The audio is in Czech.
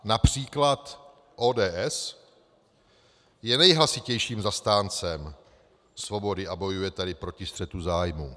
Například ODS je nejhlasitějším zastáncem svobody a bojuje tady proti střetu zájmu.